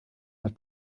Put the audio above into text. mit